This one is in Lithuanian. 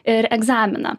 ir egzaminą